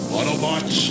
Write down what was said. Autobots